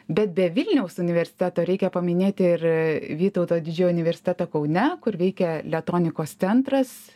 bet be vilniaus universiteto reikia paminėti ir vytauto didžiojo universitetą kaune kur veikia letonikos centras